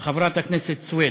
חברת הכנסת סויד,